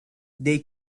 they